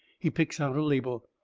he picks out a label.